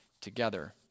together